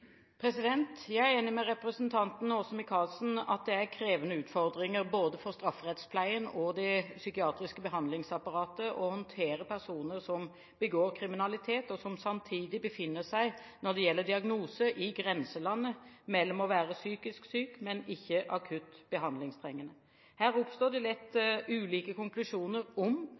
Jeg er enig med representanten Åse Michaelsen i at det medfører krevende utfordringer både for strafferettspleien og det psykiatriske behandlingsapparatet å håndtere personer som begår kriminalitet, og som samtidig, når det gjelder diagnose, befinner seg i et grenseland – vedkommende er psykisk syk, men ikke akutt behandlingstrengende. Her oppstår det lett ulike konklusjoner om